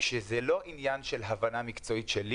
כשזה לא עניין של הבנה מקצועית שלי